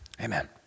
amen